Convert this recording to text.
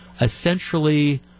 essentially